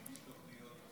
מגיש תוכניות,